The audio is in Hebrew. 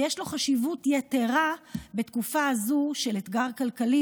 ויש לה חשיבות יתרה בתקופה הזו של אתגר כלכלי,